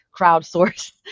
crowdsource